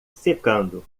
secando